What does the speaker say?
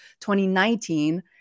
2019